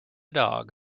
dog